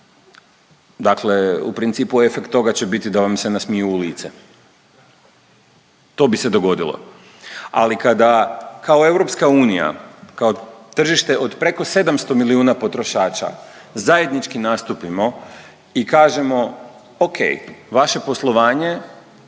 Dakle, u principu efekt toga će biti da vam se nasmiju u lice to bi se dogodilo, ali kada kao EU, kao tržište od preko 700 milijuna potrošača zajednički nastupimo i kažemo ok vaše poslovanje